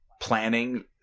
planning